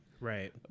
Right